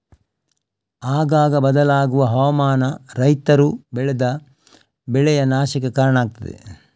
ಆಗಾಗ ಬದಲಾಗುವ ಹವಾಮಾನ ರೈತರು ಬೆಳೆದ ಬೆಳೆಯ ನಾಶಕ್ಕೆ ಕಾರಣ ಆಗ್ತದೆ